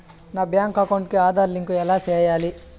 నా bank account కి Aadhaar link ఎలా సేయాలి